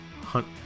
hunt